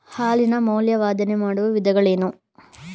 ಹಾಲಿನ ಮೌಲ್ಯವರ್ಧನೆ ಮಾಡುವ ವಿಧಾನಗಳೇನು?